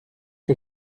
que